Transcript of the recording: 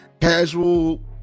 casual